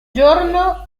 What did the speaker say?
giorno